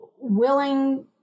willing